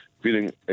feeling